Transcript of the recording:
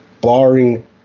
barring